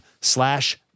slash